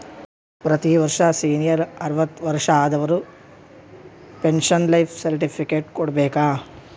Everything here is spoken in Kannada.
ಪ್ರತಿ ವರ್ಷ ಸೀನಿಯರ್ ಅರ್ವತ್ ವರ್ಷಾ ಆದವರು ಪೆನ್ಶನ್ ಲೈಫ್ ಸರ್ಟಿಫಿಕೇಟ್ ಕೊಡ್ಬೇಕ